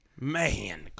Man